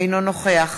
אינו נוכח